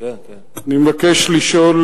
אני מבקש לשאול